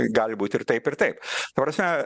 gali būti ir taip ir taip ta prasme